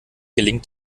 gelingt